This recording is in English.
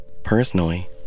Personally